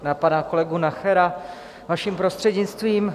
Na pana kolegu Nachera, vaším prostřednictvím.